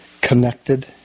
connected